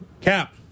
Cap